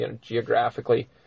geographically